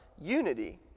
unity